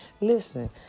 Listen